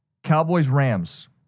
Cowboys-Rams